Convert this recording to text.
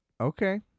Okay